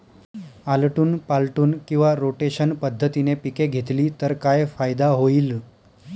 आलटून पालटून किंवा रोटेशन पद्धतीने पिके घेतली तर काय फायदा होईल?